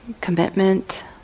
commitment